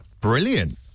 Brilliant